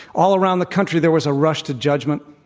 all around the country there was a rush to judgment,